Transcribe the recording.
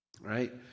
right